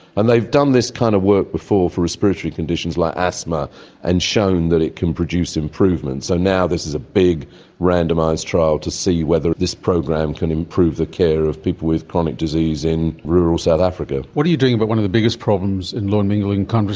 and they have done this kind of work before for respiratory conditions like asthma and shown that it can produce improvement. so now this is a big randomised trial to see whether this program can improve the care of people with chronic disease in rural south africa. what are you doing about one of the biggest problems in lower and middle income countries,